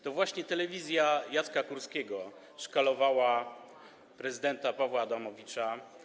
To właśnie telewizja Jacka Kurskiego szkalowała prezydenta Pawła Adamowicza.